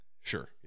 sure